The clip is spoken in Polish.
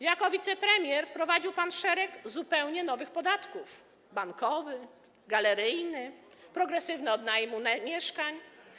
Jako wicepremier wprowadził pan szereg zupełnie nowych podatków: bankowy, galeryjny, progresywny od najmu mieszkań.